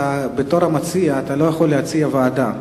בתור המציע אתה לא יכול להציע ועדה.